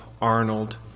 Arnold